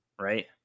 right